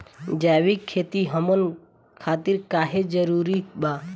जैविक खेती हमन खातिर काहे जरूरी बा?